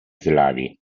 slavi